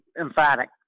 emphatic